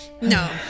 No